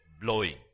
blowing